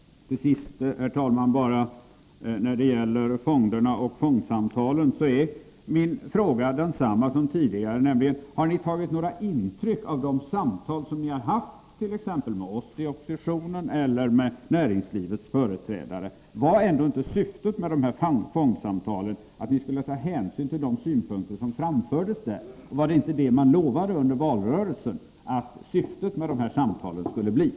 Herr talman! När det slutligen gäller fonderna och fondsamtalen är min fråga densamma som tidigare, nämligen följande: Har ni tagit några intryck av de samtal som ni har haft t.ex. med oss i oppositionen eller med näringslivets företrädare? Var ändå inte syftet med dessa fondsamtal att ni skulle ta hänsyn till de synpunkter som framfördes? Lovade ni inte under valrörelsen att det var detta som var syftet med samtalen?